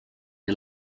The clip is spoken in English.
the